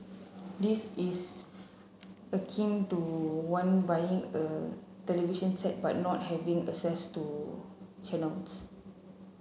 this is akin to one buying a television set but not having access to channels